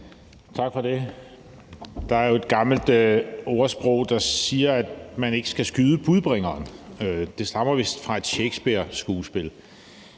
Tak for det. Der er jo et gammelt ordsprog, der siger, at man ikke skal skyde budbringeren. Det stammer vist fra et Shakespeareskuespil.